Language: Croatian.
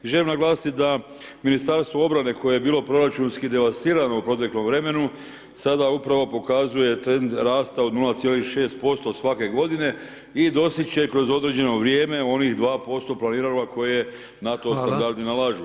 Želim naglasiti da Ministarstvo obrane koje je bilo proračunski devastirano u proteklom vremenu, sada upravo pokazuje trend rasta od 0,6% svake godine i doseći će kroz određeno vrijeme onih 2% planiranoga koje na to…/ Upadica: Hvala, isteklo je vrijeme/… [[Govornik se ne razumije]] nalažu.